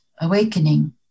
awakening